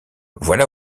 voilà